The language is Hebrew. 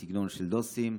בסגנון של "דוסים",